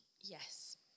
Yes